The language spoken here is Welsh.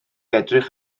edrych